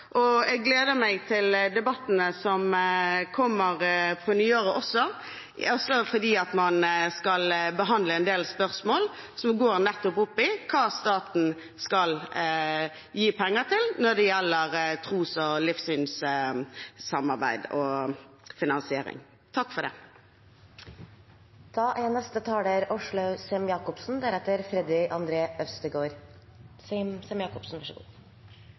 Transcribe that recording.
Jeg gleder meg til debattene som kommer på nyåret også, da man skal behandle en del spørsmål som går nettopp inn på hva staten skal gi penger til når det gjelder tros- og livssynssamarbeid og finansiering.